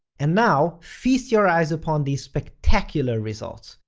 and now, feast your eyes upon these spectacular results.